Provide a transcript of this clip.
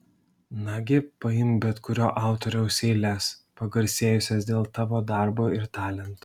nagi paimk bet kurio autoriaus eiles pagarsėjusias dėl tavo darbo ir talento